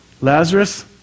Lazarus